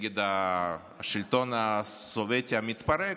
נגד השלטון הסובייטי המתפרק,